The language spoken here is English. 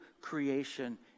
creation